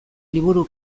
liburu